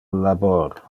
labor